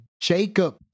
Jacob